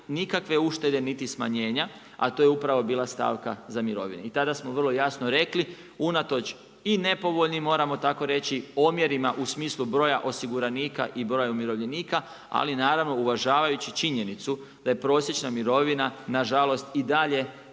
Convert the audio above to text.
nikakve uštede niti smanjenja, a to je bila upravo stavka za mirovine. I tada smo vrlo jasno rekli unatoč i nepovoljnim moramo tako reći omjerima u smislu broja osiguranika i broja umirovljenika, ali naravno uvažavajući činjenicu da je prosječna mirovina nažalost i dalje